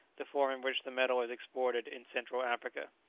the form in which the metal is exported in central africa.